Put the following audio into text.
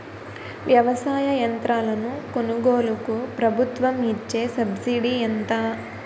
వ్యవసాయ యంత్రాలను కొనుగోలుకు ప్రభుత్వం ఇచ్చే సబ్సిడీ ఎంత?